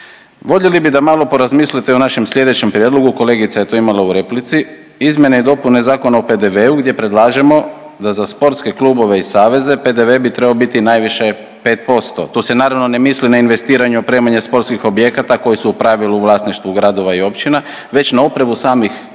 Voljeli bi da malo porazmislite i o našem sljedećem prijedlogu, kolegica je to imala u replici izmjene i dopune Zakona o PDV-u gdje predlažemo da za sportske klubove i saveze PDV bi trebao biti najviše 5%. Tu se naravno ne misli na investiranje, opremanje sportskih objekata koji su pravilu u vlasništvu gradova i općina već na opremu samih klubova,